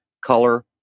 Color